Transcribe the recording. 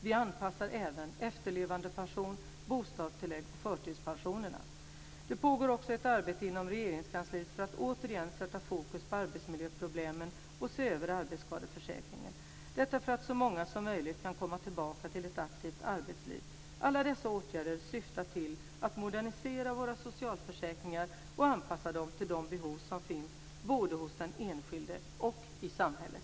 Vi anpassar även efterlevandepensionen, bostadstillägget och förtidspensionerna. Det pågår också ett arbete i Regeringskansliet för att återigen sätta fokus på arbetsmiljöproblemen och se över arbetsskadeförsäkringen - detta för att så många som möjligt ska kunna komma tillbaka till ett aktivt arbetsliv. Alla dessa åtgärder syftar till att modernisera våra socialförsäkringar och anpassa dem till de behov som finns både hos den enskilde och i samhället.